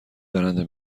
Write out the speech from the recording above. برنده